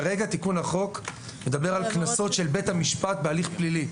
כרגע תיקון החוק מדבר על קנסות של בית המשפט בהליך פלילי.